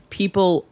people